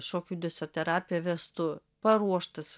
šokio judesio terapiją vestų paruoštas